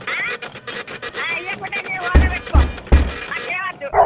ఇవ్వకుంటే నీ ఓర పెట్టుకో నాకు ఏమి వద్దు